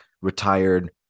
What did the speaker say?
retired